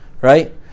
right